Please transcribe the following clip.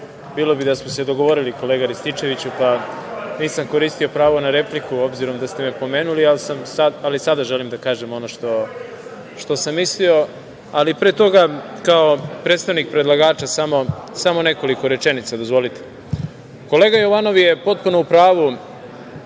bilo bi da smo se dogovorili, kolega Rističeviću, pa nisam koristio pravo na repliku, ali sada želim da kažem ono što sam mislio. Ali, pre toga, kao predstavnik predlagača samo nekoliko rečenica. Dozvolite. Kolega Jovanov je potpuno u pravu